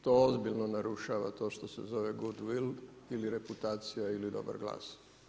To ozbiljno narušava to što se zove goodwill ili reputacija ili dobar glas.